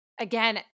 again